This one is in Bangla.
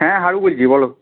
হ্যাঁ হাল বইছি বলো